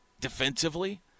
defensively